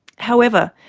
however,